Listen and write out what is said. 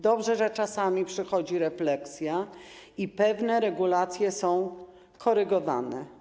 Dobrze, że czasami przychodzi refleksja i pewne regulacje są korygowane.